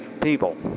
people